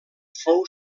fou